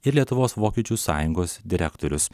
ir lietuvos vokiečių sąjungos direktorius